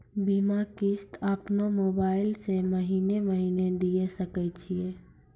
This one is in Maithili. बीमा किस्त अपनो मोबाइल से महीने महीने दिए सकय छियै?